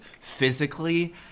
physically